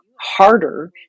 harder